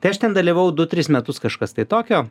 tai aš ten dalyvavau du tris metus kažkas tai tokio